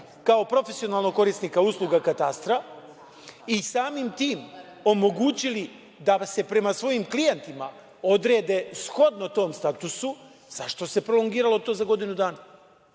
kao profesionalnog korisnika usluga Katastra i samim tim omogućili da se prema svojim klijentima odrede shodno tom statusu, zašto se prolongiralo to za godinu dana?